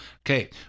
Okay